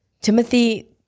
Timothy